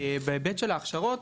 בהיבט של ההכשרות,